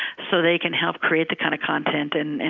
so they can help create the kind of content and and